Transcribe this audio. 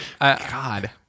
God